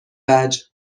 وجه